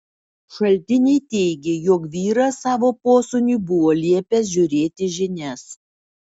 šaltiniai teigė jog vyras savo posūniui buvo liepęs žiūrėti žinias